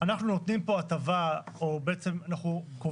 אנחנו נותנים פה הטבה, או בעצם קובעים